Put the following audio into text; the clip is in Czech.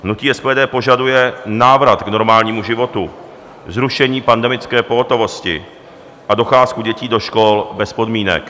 Hnutí SPD požaduje návrat k normálnímu životu, zrušení pandemické pohotovosti a docházku dětí do škol bez podmínek.